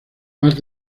más